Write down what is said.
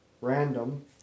random